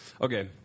Okay